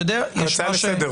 גלעד, אתה רוצה לנמק את הרביזיה?